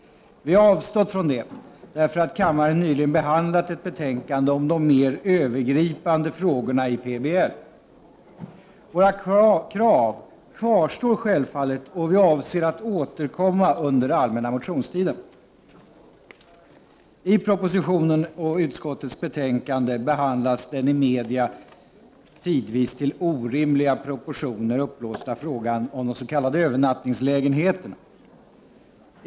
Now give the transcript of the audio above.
Vi har avstått från det, eftersom kammaren nyligen behandlat ett betänkande om de mer övergripande frågorna i PBL. Våra krav kvarstår självfallet, och vi avser att återkomma under den allmänna motionstiden. I propositionen och utskottets betänkande behandlas den i media tidvis till orimliga proportioner uppblåsta frågan om s.k. övernattningslägenheter.